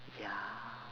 ya